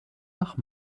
nach